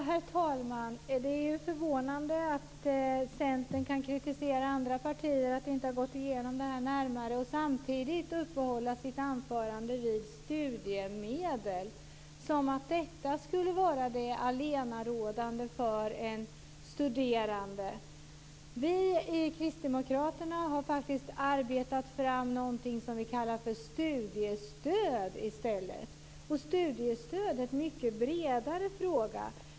Herr talman! Det är förvånande att Centern kan kritisera andra partier för att inte ha gått igenom det här närmare och samtidigt i sitt anförande uppehålla sig vid studiemedel. Som om detta skulle vara det allenarådande för en studerande! Vi i Kristdemokraterna har faktiskt arbetat fram någonting som vi kallar för studiestöd i stället. Studiestöd är en mycket bredare fråga.